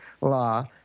Law